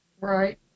Right